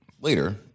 later